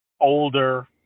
older